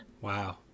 Wow